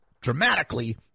dramatically